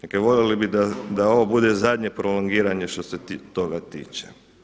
Dakle, voljeli bi da ovo bude zadnje prolongiranje što se toga tiče.